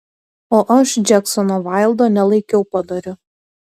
o aš džeksono vaildo nelaikiau padoriu